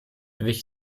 wich